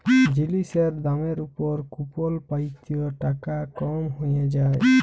জিলিসের দামের উপর কুপল পাই ত টাকা কম হ্যঁয়ে যায়